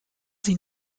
sie